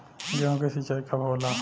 गेहूं के सिंचाई कब होला?